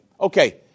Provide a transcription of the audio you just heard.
Okay